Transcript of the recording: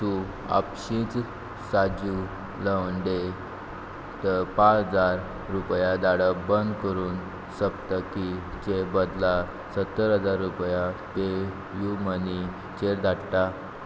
तूं आपशींच साजू लवंडेक पांच हजार रुपया धाडप बंद करून सप्तकीचे बदला सत्तर हजार रुपया पे यू मनी चेर धाडटा